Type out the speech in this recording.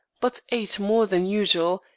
but ate more than usual,